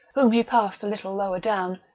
whom he passed a little lower down,